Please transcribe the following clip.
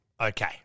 Okay